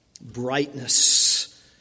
brightness